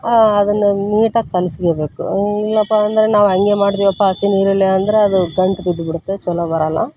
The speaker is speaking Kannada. ಆ ಅದನ್ನು ನೀಟಾಗಿ ಕಲ್ಸ್ಕೊಬೇಕು ಇಲ್ಲಪ್ಪ ಅಂದರೆ ನಾವು ಹಂಗೆ ಮಾಡ್ತೀವಪ್ಪ ಹಸಿ ನೀರಲ್ಲೇ ಅಂದರೆ ಅದು ಗಂಟು ಬಿದ್ಬಿಡುತ್ತೆ ಛಲೋ ಬರೋಲ್ಲ